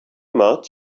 much